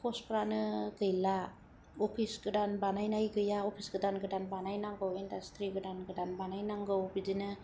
साख्रिआबो पस्ट फोरानो गैला अफिस गोदान बानायनाय गैया अफिस गोदान गोदान बानायनांगौ इन्डास्ट्रि गोदान गोदान बानायनांगौ बिदिनो